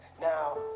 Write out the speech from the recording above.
Now